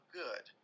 good